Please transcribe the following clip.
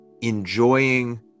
enjoying